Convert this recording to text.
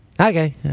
okay